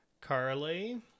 Carly